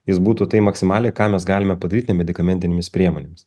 jis būtų tai maksimaliai ką mes galime padaryt ne medikamentinėmis priemonėmis